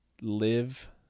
live